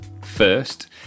First